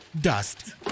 dust